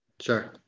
Sure